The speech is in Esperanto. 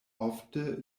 ofte